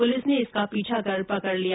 police ने इसका पीछा कर पकड़ लिया